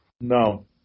No